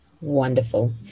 Wonderful